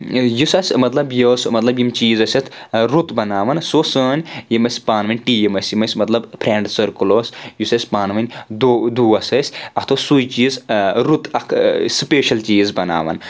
یُس اَسہِ مطلب یہِ اوس مطلب یِم چیٖز ٲسۍ اتھ رُت بناوَان سُہ اوس سٲنۍ یِم اسہِ پانہٕ ؤنۍ ٹیٖم ٲسۍ یِم أسۍ مطلب فرینٛڈ سٔرکٕل اوس یُس اَسہِ پانہٕ ؤنۍ دو دوس ٲسۍ اَتھ اوس سُے چیٖز رُت اکھ سٕپَیشَل چیٖز بناوان